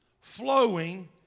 flowing